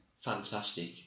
fantastic